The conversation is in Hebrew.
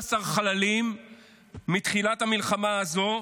12 חללים מתחילת המלחמה הזו